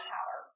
Power